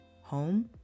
home